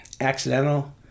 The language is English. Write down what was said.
accidental